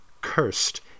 cursed